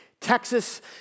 Texas